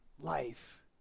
life